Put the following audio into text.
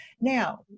Now